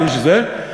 כדי שזה,